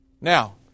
Now